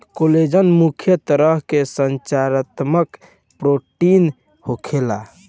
collagen मुख्य तरह के संरचनात्मक प्रोटीन होखेला